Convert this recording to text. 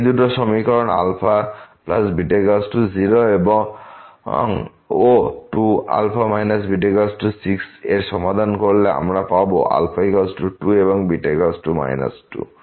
এই দুটো সমীকরণ 0 ও 2α β6 এর সমাধান করলে আমরা পাব α2 এবং 2